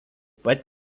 pat